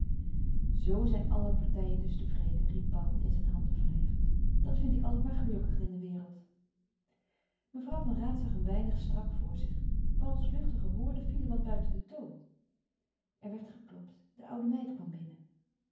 zoo zijn alle partijen dus tevreden riep paul in zijn handen wrijvend dat vind ik altijd maar gelukkig in de wereld mevrouw van raat zag een weinig strak voor zich pauls luchtige woorden vielen wat buiten den toon er werd geklopt de oude meid kwam binnen